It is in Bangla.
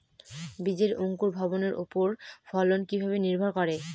বীজের অঙ্কুর ভবনের ওপর ফলন কিভাবে নির্ভর করে?